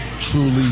truly